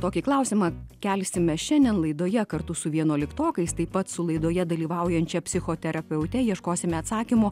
tokį klausimą kelsime šiandien laidoje kartu su vienuoliktokais taip pat su laidoje dalyvaujančia psichoterapeute ieškosime atsakymų